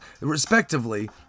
respectively